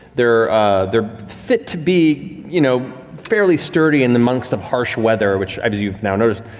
they're they're fit to be, you know, fairly sturdy in the months of harsh weather, which, um as you've now noticed,